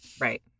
Right